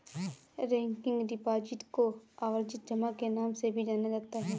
recurring deposit को आवर्ती जमा के नाम से भी जाना जाता है